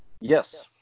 Yes